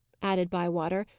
added bywater,